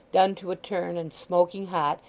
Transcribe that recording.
done to a turn, and smoking hot,